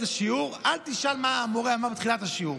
שיעור אל תשאל מה המורה אמר בתחילת השיעור.